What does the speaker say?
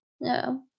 no